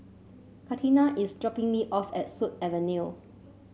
Katina is dropping me off at Sut Avenue